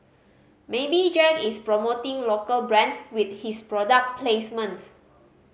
maybe Jack is promoting local brands with his product placements